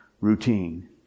routine